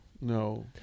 No